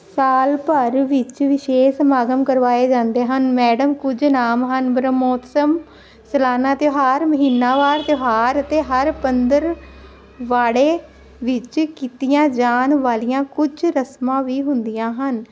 ਸਾਲ ਭਰ ਵਿੱਚ ਵਿਸ਼ੇਸ਼ ਸਮਾਗਮ ਕਰਵਾਏ ਜਾਂਦੇ ਹਨ ਮੈਡਮ ਕੁਝ ਨਾਮ ਹਨ ਬ੍ਰਹਮੋਤਸਮ ਸਲਾਨਾ ਤਿਉਹਾਰ ਮਹੀਨਾਵਾਰ ਤਿਉਹਾਰ ਅਤੇ ਹਰ ਪੰਦਰਵਾੜੇ ਵਿੱਚ ਕੀਤੀਆਂ ਜਾਣ ਵਾਲੀਆਂ ਕੁਝ ਰਸਮਾਂ ਵੀ ਹੁੰਦੀਆਂ ਹਨ